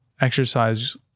exercise